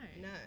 No